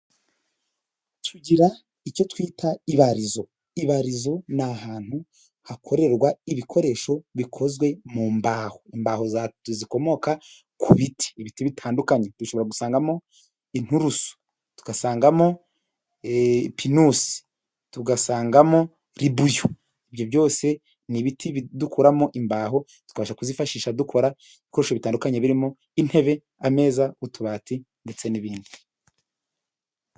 Tugira icyo twita ibarizo. Ibarizo ni ahantu hakorerwa ibikoresho bikozwe mu mbaho. Imbaho zikomoka kubiti. Ibiti bitandukanye dushobora gusangamo inturusu, tugasangamo pinusi, tugasangamo ribuyu. Ibyo byose ni ibiti dukuramo imbaho tukabasha kuzifashisha dukora ibikoresho bitandukanye birimo intebe, ameza, utubati ndetse n'ibindi.